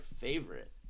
favorite